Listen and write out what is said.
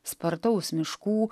spartaus miškų